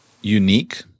unique